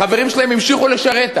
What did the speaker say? החברים שלהם המשיכו לשרת אז.